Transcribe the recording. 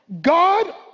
God